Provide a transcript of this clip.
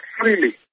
freely